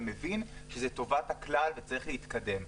ומבין שזה טובת הכלל וצריך להתקדם.